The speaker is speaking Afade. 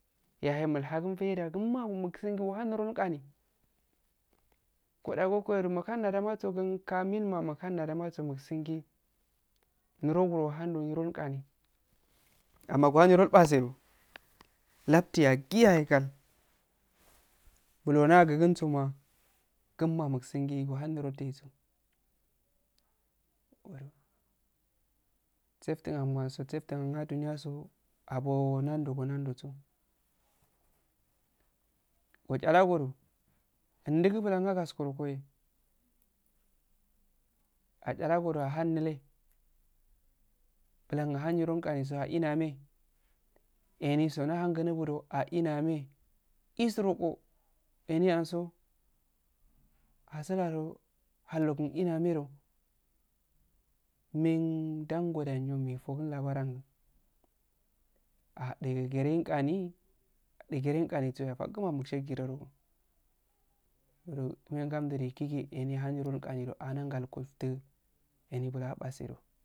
Yahey nulhakun faidda gumma mukssungi gohaniroqani garagokohe dolo muhan nadama sowgin kammil ma munhan nadamaso mussaugi nirogu ro ohan dda niro qani amma gohannirol pasedo, laptu yagiyaheykal bule nagu gungoma gunmamo mukgungi gohanniro tassoow seftunamum ansso seftun ana dunyaso abo nando go nando soh gochalagodu gindigu bullan ahh gaskorokohey achalago doh ahun nile bulan ahun niron nqani si ahun nile ehniso nahunngunbudo ah iname isirogo aniansso asilado hall- logun il-ilame menn ddagodanyo mifogun